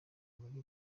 muri